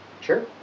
Sure